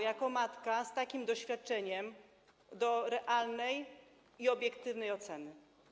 Jako matka z takim doświadczeniem mam prawo do realnej i obiektywnej oceny.